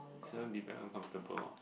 is going to be very uncomfortable